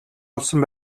олсон